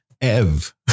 Ev